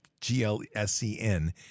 G-L-S-E-N